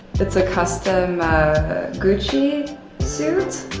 it's a custom gucci suit,